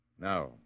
Now